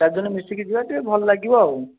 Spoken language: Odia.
ଚାରି ଜଣ ମିଶିକି ଯିବା ଟିକିଏ ଭଲ ଲାଗିବ ଆଉ